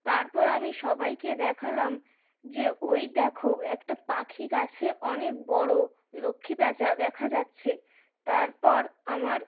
তারপর আমি সবাইকে দেখালাম যে ওই দেখো একটা পাখি গাছে অনেক বড় লক্ষ্মী প্যাঁচা দেখা যাচ্ছে তারপর আমার